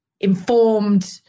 informed